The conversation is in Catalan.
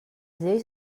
lleis